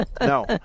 No